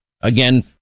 Again